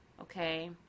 okay